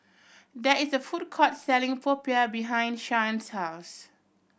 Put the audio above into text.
there is a food court selling popiah behind Shyann's house